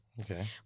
Okay